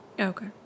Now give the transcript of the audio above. Okay